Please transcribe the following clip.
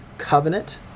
covenant